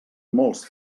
molts